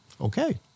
Okay